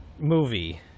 movie